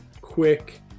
quick